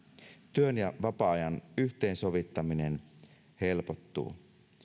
työn ja vapaa ajan yhteensovittaminen helpottuu